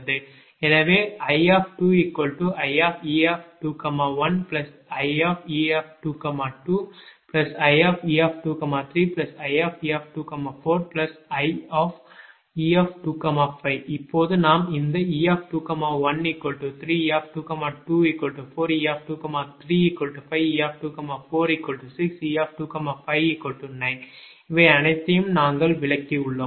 எனவே I2ie21ie22ie23ie24ie25 இப்போது நாம் இந்தe213 e224 e235 e246 e259 இவை அனைத்தையும் நாங்கள் விளக்கியுள்ளோம்